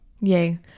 yay